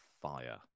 fire